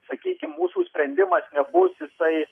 sakykim mūsų sprendimas nebus jisai